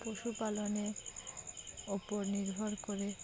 পশুপালনের উপর নির্ভর করে